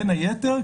בין היתר,